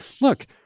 Look